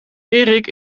erik